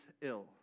ill